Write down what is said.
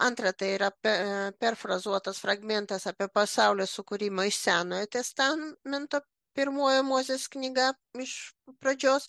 antra tai pe perfrazuotas fragmentas apie pasaulio sukūrimą iš senojo testamento pirmoji mozės knyga iš pradžios